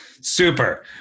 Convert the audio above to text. Super